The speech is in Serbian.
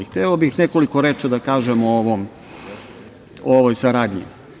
Hteo bih nekoliko reči da kažem o ovoj saradnji.